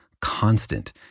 constant